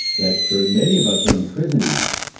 that for many of us are imprisoning us,